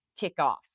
kickoff